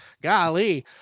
golly